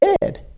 dead